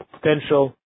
potential